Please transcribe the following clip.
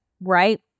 right